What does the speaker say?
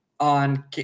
On